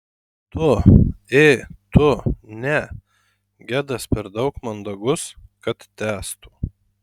tu ė tu ne gedas per daug mandagus kad tęstų